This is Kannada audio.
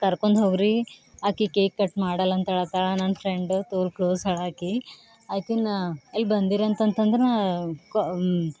ಕರ್ಕೊಂಡ್ ಹೋಗಿರಿ ಆಕೆ ಕೇಕ್ ಕಟ್ ಮಾಡಲ್ಲ ಅಂತಳತ್ತಾಳ ನನ್ನ ಫ್ರೆಂಡು ತೋಲು ಕ್ಲೋಸ್ ಅಳ್ ಆಕೆ ಆಕೇನ ಅಲ್ಲಿ ಬಂದೀರಿ ಅಂತಂತಂತಂದ್ರೆ